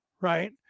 right